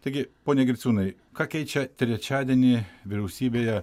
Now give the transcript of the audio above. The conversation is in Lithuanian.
taigi pone griciūnai ką keičia trečiadienį vyriausybėje